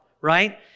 right